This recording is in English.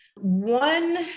One